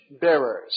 bearers